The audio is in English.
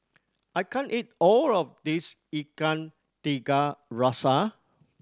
I can't eat all of this Ikan Tiga Rasa